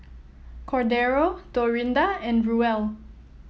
Cordero Dorinda and Ruel